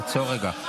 עצור רגע.